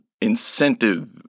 incentive